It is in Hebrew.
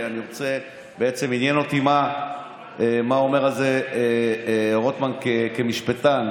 עניין אותי מה אומר על זה רוטמן כמשפטן,